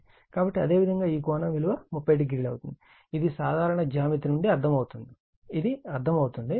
కాబట్టి అదేవిధంగా ఈ కోణం విలువ 30o అవుతుంది ఇది సాధారణ జ్యామితి నుండి అర్థమవుతుంది ఇది అర్థమవుతుంది